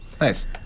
Nice